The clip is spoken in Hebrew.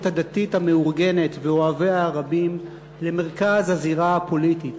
הדתית המאורגנת ואוהביה הרבים למרכז הזירה הפוליטית,